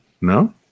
No